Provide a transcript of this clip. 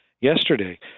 yesterday